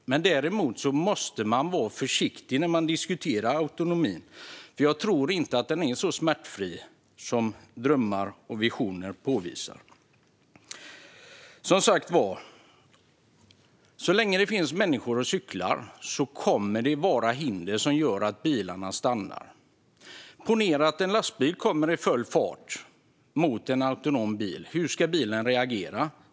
Däremot måste man vara försiktig när man diskuterar autonomin, för jag tror inte att den är så smärtfri som drömmar och visioner påvisar. Som sagt var: Så länge det finns människor och cyklar kommer det att finnas hinder som gör att bilarna stannar. Ponera att en lastbil kommer i full fart mot en autonom bil. Hur ska bilen då reagera?